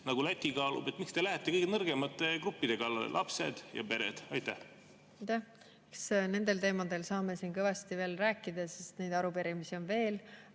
nagu Läti kaalub? Miks te lähete kõige nõrgemate gruppide kallale: lapsed ja pered? Aitäh! Eks nendel teemadel saame siin kõvasti veel rääkida, sest neid arupärimisi on veel,